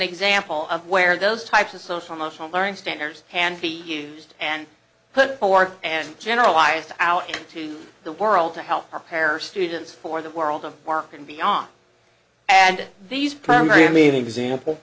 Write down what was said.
example of where those types of social emotional learning standards can be used and put forth and generalized out to the world to help prepares students for the world of work and beyond and these primary i'm leaving example